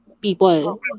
people